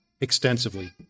extensively